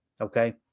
okay